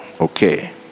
Okay